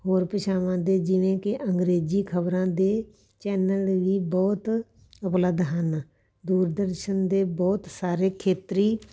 ਹੋਰ ਭਾਸ਼ਾਵਾਂ ਦੇ ਜਿਵੇਂ ਕਿ ਅੰਗਰੇਜ਼ੀ ਖ਼ਬਰਾਂ ਦੇ ਚੈਨਲ ਵੀ ਬਹੁਤ ਉਪਲੱਬਧ ਹਨ ਦੂਰਦਰਸ਼ਨ ਦੇ ਬਹੁਤ ਸਾਰੇ ਖੇਤਰੀ